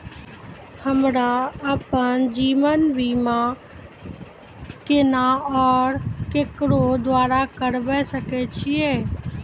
हमरा आपन जीवन बीमा केना और केकरो द्वारा करबै सकै छिये?